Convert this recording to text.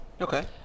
Okay